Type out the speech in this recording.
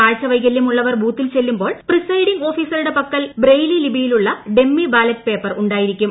കാഴ്ചവൈകല്യമുള്ളവർ ബൂത്തിൽ ചെല്ലുമ്പോൾ പ്രിസൈഡിംഗ് ഓഫീസറുടെ പക്കൽ ബ്രെയിലി ലിപിയിലുള്ള ഡമ്മി ബാലറ്റ് പേപ്പർ ഉണ്ടായിരിക്കും